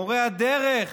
מורי הדרך,